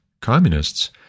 communists